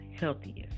healthiest